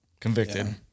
convicted